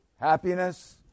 happiness